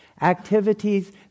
Activities